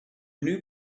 new